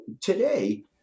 today